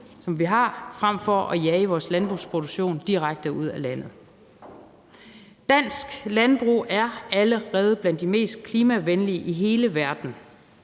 som vi har, frem for at jage vores landbrugsproduktion direkte ud af landet. Dansk landbrug er allerede blandt de mest klimavenlige i hele verden,